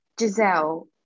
Giselle